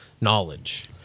knowledge